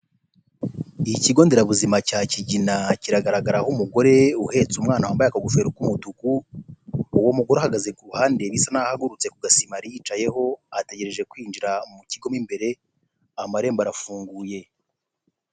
Ikigonderabuzima cya Kigina, kiragaragaraho umugore uhetse umwana wambaye akagofero k'umutuku, uwo mugore ahagaze ku ruhande, bisa nk'aho ahagurutse kugasima yari yicayeho ategereje kwinjira mu kigo, imbere amarembo arafunguye.